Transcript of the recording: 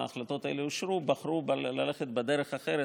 כשאושרו ההחלטות האלה בחרנו ללכת בדרך אחרת,